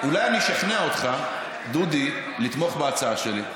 אולי אני אשכנע אותך, דודי, לתמוך בהצעה שלי,